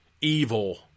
evil